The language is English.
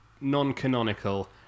non-canonical